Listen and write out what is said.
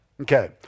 Okay